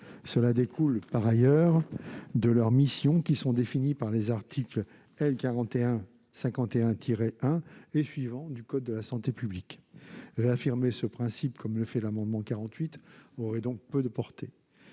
soins découle par ailleurs de leurs missions, qui sont définies par les articles L. 4151-1 et suivants du code de la santé publique. Réaffirmer ce principe, comme le fait l'amendement n° 48 rectifié , aurait donc peu de portée.